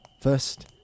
First